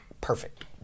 perfect